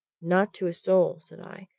not to a soul! said i.